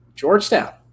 Georgetown